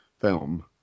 film